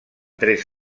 tres